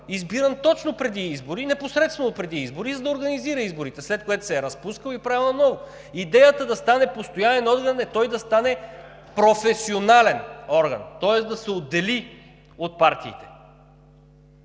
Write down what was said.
избиран точно преди избори, непосредствено преди избори, за да организира изборите, след което се е разпускал. Идеята да стане постоянен орган е той да стане професионален орган, тоест да се отдели от партиите.